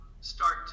start